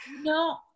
No